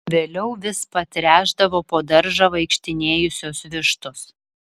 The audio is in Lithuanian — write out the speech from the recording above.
vėliau vis patręšdavo po daržą vaikštinėjusios vištos